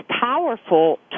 powerful